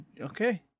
Okay